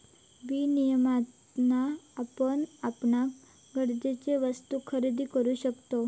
विनियमातना आपण आपणाक गरजेचे वस्तु खरेदी करु शकतव